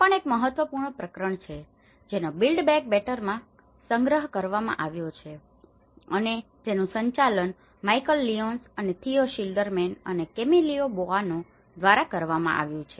આ પણ એક મહત્વપૂર્ણ પ્રકરણ છે જેનો બિલ્ડ બેક બેટરમાં સંગ્રહ કરવામાં આવ્યો છે અને જેનું સંચાલન માઇકલ લિયોન્સ અને થિયો શિલ્ડરમેન અને કેમિલીઓ બોઆનો દ્વારા કરવામાં આવ્યું છે